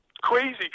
Crazy